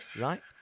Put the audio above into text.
Right